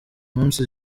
munsi